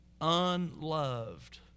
unloved